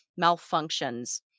malfunctions